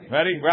Ready